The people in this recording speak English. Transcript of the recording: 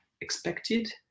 expected